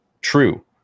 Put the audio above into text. true